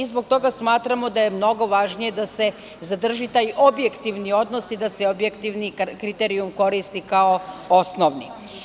Zbog toga smatramo da je mnogo važnije da se zadrži taj objektivni odnos i da se objektivni kriterijum koristi kao osnovni.